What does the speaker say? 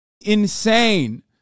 insane